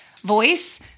voice